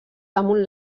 damunt